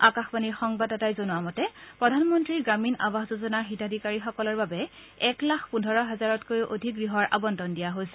আকাশবাণীৰ সংবাদদাতাই জনোৱা মতে প্ৰধানমন্তী গ্ৰামীণ আৱাস যোজনাৰ হিতাধিকাৰীসকলৰ বাবে এক লাখ পোন্ধৰ হাজাৰতকৈও অধিক গৃহৰ আবণ্টন দিয়া হৈছে